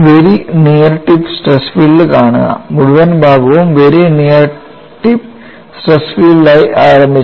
very near tip stress field കാണുക മുഴുവൻ ഭാഗവും വെരി നിയർ ടിപ്പ് സ്ട്രെസ് ഫീൽഡായി ആരംഭിച്ചു